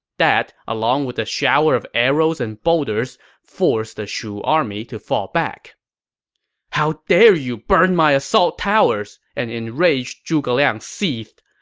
that, along with the shower of arrows and boulders, forced the shu army to fall back how dare you burn my assault towers! an enraged zhuge liang seethed.